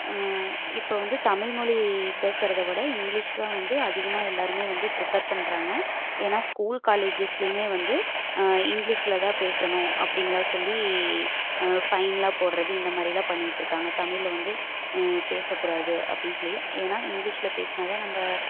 இப்போ வந்து தமிழ் மொழி பேசுகிறத விட இங்கிலிஷ் தான் வந்து அதிகமாக எல்லாேருமே வந்து ப்ரிஃபர் பண்ணுறாங்க ஏன்னால் ஸ்கூல் காலேஜஸ்லேயுமே வந்து இங்கிலிஷில் தான் பேசணும் அப்படின்லாம் சொல்லி ஃபைனெல்லாம் போடுறது இந்த மாதிரிலாம் பண்ணிகிட்ருக்காங்க தமிழ்ல வந்து பேசக்கூடாது அப்படின்னு சொல்லி ஏன்னால் இங்கிலிஷில் பேசுனால்தான் நம்ம